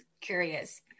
curious